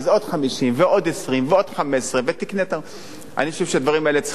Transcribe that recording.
עוד 50 ועוד 20 ועוד 15. אני מאמין,